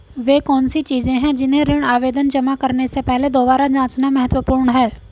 वे कौन सी चीजें हैं जिन्हें ऋण आवेदन जमा करने से पहले दोबारा जांचना महत्वपूर्ण है?